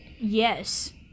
Yes